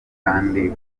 kandi